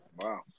Wow